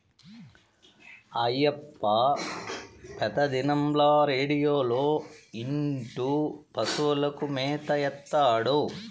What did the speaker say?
అయ్యప్ప పెతిదినంల రేడియోలో ఇంటూ పశువులకు మేత ఏత్తాడు